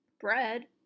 bread